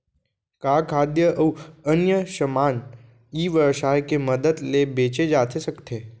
का खाद्य अऊ अन्य समान ई व्यवसाय के मदद ले बेचे जाथे सकथे?